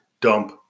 dump